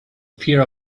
fear